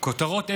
כותרות אין-ספור,